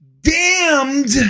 damned